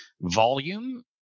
volume